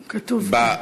הוא כתוב כאן.